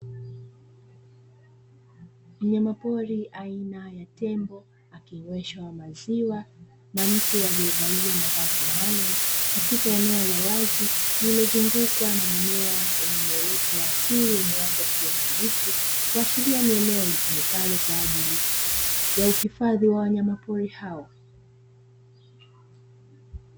Mnyama pori aina ya tembo, akinyweshwa maziwa na mtu aliyevalia mavazi maalumu, katika eneo la wazi lililozungukwa na mimea yenye uoto wa asili wenye rangi ya kijani kibichi, kuashiria ni eneo litumikalo kwa ajili ya uhifadhi wa wanyama pori hao.